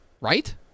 right